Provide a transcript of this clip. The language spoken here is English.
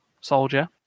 soldier